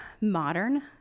modern